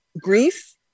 grief